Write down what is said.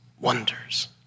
wonders